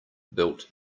built